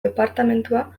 departamendua